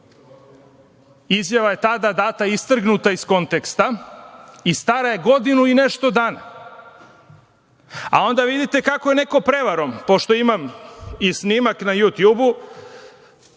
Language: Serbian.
Izjava je tada data istrgnuta iz konteksta i stara je godinu i nešto dana. A onda vidite kako je neko prevarom, pošto imam i snimak na YouTube,